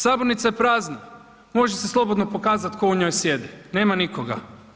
Sabornica je prazna, može se slobodno pokazat ko u njoj sjedi, nema nikoga.